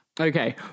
Okay